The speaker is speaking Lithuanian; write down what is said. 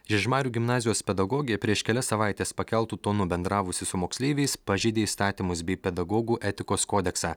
žiežmarių gimnazijos pedagogė prieš kelias savaites pakeltu tonu bendravusi su moksleiviais pažeidė įstatymus bei pedagogų etikos kodeksą